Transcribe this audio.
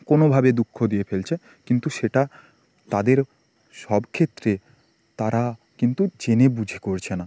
কোনোভাবে দুঃখ দিয়ে ফেলছে কিন্তু সেটা তাদের সব ক্ষেত্রে তারা কিন্তু জেনে বুঝে করছে না